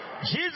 Jesus